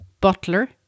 Butler